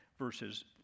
verses